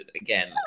again